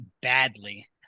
badly